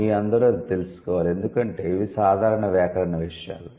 మీ అందరు అది తెలుసుకోవాలి ఎందుకంటే ఇవి సాధారణ వ్యాకరణ విషయాలు